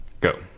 Go